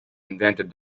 invented